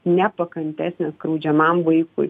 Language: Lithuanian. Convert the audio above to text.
nepakantesnis skriaudžiamam vaikui